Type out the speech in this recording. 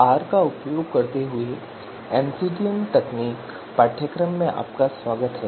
are का उपयोग करते हुए एमसीडीएम तकनीक पाठ्यक्रम में आपका स्वागत है